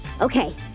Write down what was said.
okay